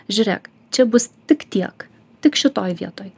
žiūrėk čia bus tik tiek tik šitoj vietoj